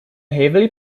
heavily